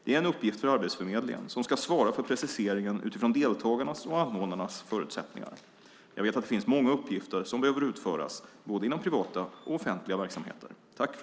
Det är en uppgift för Arbetsförmedlingen, som ska svara för preciseringen utifrån deltagarnas och anordnarnas förutsättningar. Jag vet att det finns många uppgifter som behöver utföras inom både privata och offentliga verksamheter.